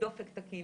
דופק תקין,